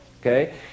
okay